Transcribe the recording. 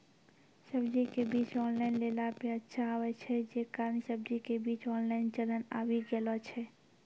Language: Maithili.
सब्जी के बीज ऑनलाइन लेला पे अच्छा आवे छै, जे कारण सब्जी के बीज ऑनलाइन चलन आवी गेलौ छै?